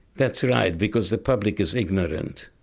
that's right because the public is ignorant.